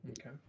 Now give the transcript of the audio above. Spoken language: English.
Okay